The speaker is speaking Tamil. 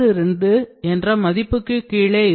62 என்ற மதிப்புக்கு கீழே இருக்கும்